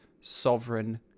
sovereign